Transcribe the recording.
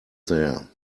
there